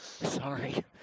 Sorry